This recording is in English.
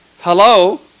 Hello